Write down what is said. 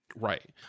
Right